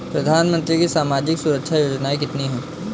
प्रधानमंत्री की सामाजिक सुरक्षा योजनाएँ कितनी हैं?